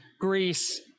Greece